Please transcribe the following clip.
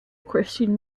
christian